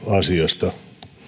asiasta